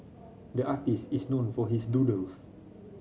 the artist is known for his doodles